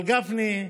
אבל גפני,